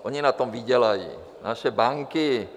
Ony na tom vydělají, naše banky.